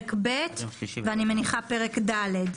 פרק ב' ואני מניחה שגם פרק ד'.